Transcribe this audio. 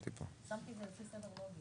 נפסקה בשעה 14:57